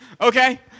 Okay